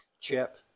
chip